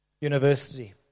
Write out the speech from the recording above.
University